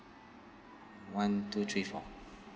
one two three four